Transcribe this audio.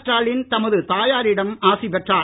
ஸ்டாலின் தமது தாயாரிடம் ஆசி பெற்றார்